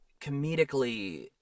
comedically